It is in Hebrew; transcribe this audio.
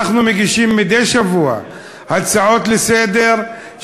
אנחנו מגישים מדי שבוע הצעות לסדר-היום